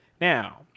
now